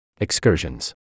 Excursions